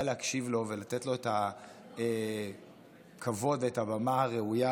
להקשיב לו ולתת לו את הכבוד ואת הבמה הראויה,